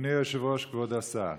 אדוני היושב-ראש, כבוד השר,